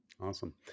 Awesome